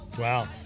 Wow